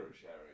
sharing